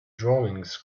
drawings